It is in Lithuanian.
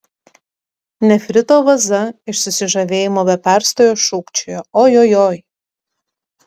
nefrito vaza iš susižavėjimo be perstojo šūkčiojo ojojoi